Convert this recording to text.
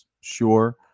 sure